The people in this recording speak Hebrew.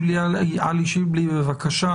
מר עלי שיבלי, בבקשה.